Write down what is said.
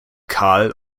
kahl